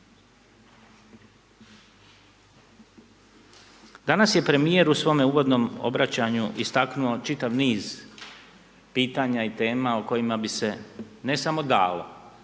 Danas je premijer u svome uvodnom obraćanju istaknuo čitav niz pitanja i tema o kojima bi se ne samo dalo,